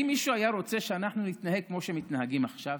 האם מישהו היה רוצה שאנחנו נתנהג כמו שהם מתנהגים עכשיו?